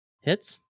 Hits